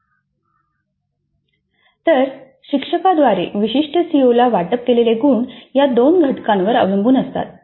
तर शिक्षकाद्वारे विशिष्ट सीओला वाटप केलेले गुण या दोन घटकांवर अवलंबून असतात